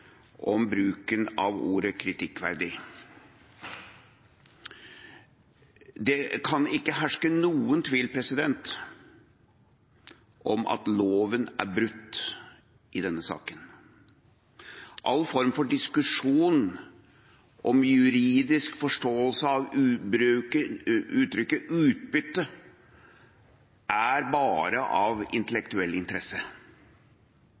om bruken av ordet «kritikkverdig». Det kan ikke herske noen tvil om at loven er brutt i denne saken. All form for diskusjon om juridisk forståelse av uttrykket «utbytte» er bare av